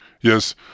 Yes